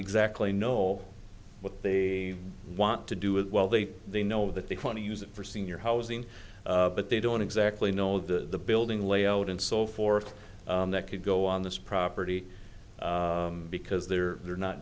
exactly know what they want to do with well they they know that they want to use it for senior housing but they don't exactly know the building layout and so forth that could go on this property because they're they're not